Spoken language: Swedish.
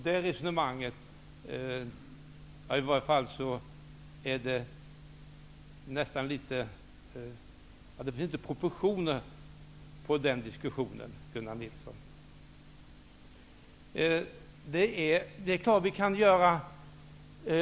Det resonemanget saknar proportioner i denna diskussion, Gunnar Nilsson.